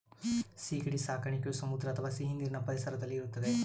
ಸೀಗಡಿ ಸಾಕಣೆಯು ಸಮುದ್ರ ಅಥವಾ ಸಿಹಿನೀರಿನ ಪರಿಸರದಲ್ಲಿ ಇರುತ್ತದೆ